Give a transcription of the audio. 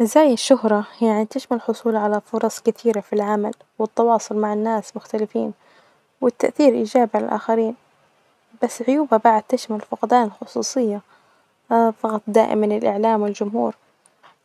مزايا الشهرة يعني تشمل الحصول علي فرص كثيرة في العمل والتواصل مع الناس مختلفين والتأثير إيجابي علي الآخرين ،بس عيوبها بعد تشمل فقدان خصوصية، ظغط دائم من الإعلام والجمهور،